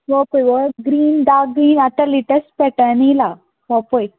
ह्यो colour green dark green आतां latest पॅटर्नांन येयला हो पळय